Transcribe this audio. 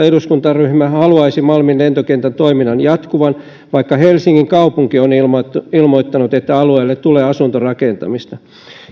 eduskuntaryhmä haluaisi malmin lentokentän toiminnan jatkuvan vaikka helsingin kaupunki on ilmoittanut ilmoittanut että alueelle tulee asuntorakentamista